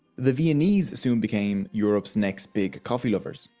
the viennese soon became europe's next big coffee lovers.